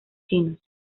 chinos